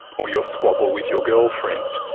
or your squabble with your girlfriend.